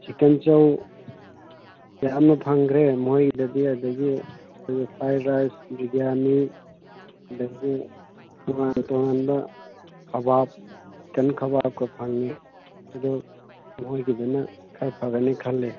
chicken ꯆꯧ ꯌꯥꯝꯅ ꯐꯪꯈ꯭ꯔꯦ ꯃꯣꯏꯗꯗꯤ ꯑꯗꯒꯤ ꯑꯈꯣꯏꯒꯤ ꯐ꯭ꯔꯥꯏ ꯔꯥꯏꯁ ꯕꯤꯔꯌꯥꯅꯤ ꯑꯗꯒꯤ ꯇꯣꯉꯥꯟ ꯇꯣꯉꯥꯟꯕ ꯈꯋꯥꯕ ꯆꯤꯛꯀꯟ ꯈꯋꯥꯕꯀ ꯐꯪꯉꯦ ꯑꯗꯨ ꯃꯣꯏꯒꯤꯗꯅ ꯈꯔ ꯐꯒꯅꯤ ꯈꯜꯂꯦ